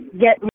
get